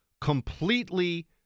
completely